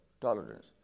tolerance